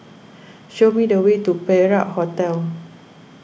show me the way to Perak Hotel